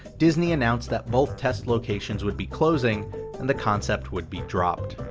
disney announced that both test locations would be closing and the concept would be dropped.